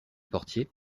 portier